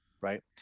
Right